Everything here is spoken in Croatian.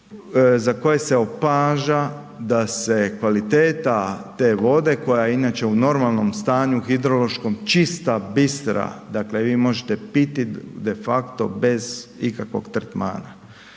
za koje se opaža da se kvaliteta te vode koja inače u normalnom stanju hidrološkom čista bistra, dakle, vi ju možete piti de facto bez ikakvog tretmana.